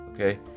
Okay